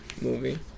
Movie